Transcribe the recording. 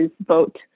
vote